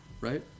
right